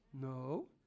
No